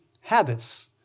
habits